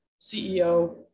CEO